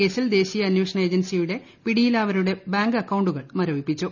കേസിൽ ദേശീയ അന്വേഷണ ഏജൻസിയുടെ പിടിയിലായവരുടെ ബാങ്ക് അക്കൌണ്ടുകൾ മരവിപ്പിച്ചു